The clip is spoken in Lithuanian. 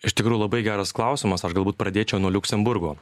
iš tikrųjų labai geras klausimas aš galbūt pradėčiau nuo liuksemburgo